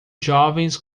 jovens